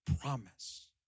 promise